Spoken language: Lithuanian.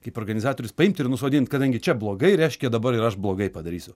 kaip organizatorius paimt ir nusodint kadangi čia blogai reiškia dabar ir aš blogai padarysiu